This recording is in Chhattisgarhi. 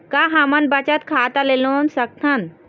का हमन बचत खाता ले लोन सकथन?